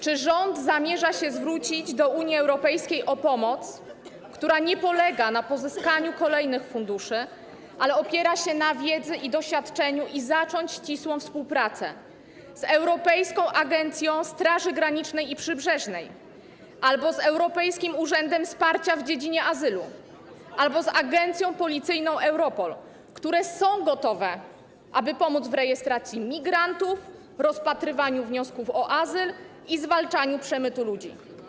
Czy rząd zamierza zwrócić się do Unii Europejskiej o pomoc, która nie polega na pozyskaniu kolejnych funduszy, ale opiera się na wiedzy i doświadczeniu, i zacząć ścisłą współpracę z Europejską Agencją Straży Granicznej i Przybrzeżnej, z Europejskim Urzędem Wsparcia w dziedzinie Azylu albo z agencją policyjną Europol, które są gotowe, aby pomóc w rejestracji migrantów, rozpatrywaniu wniosków o azyl i zwalczaniu przemytu ludzi?